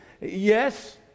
yes